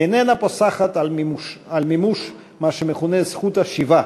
איננה פוסחת על מימוש מה שמכונה "זכות השיבה"